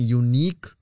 unique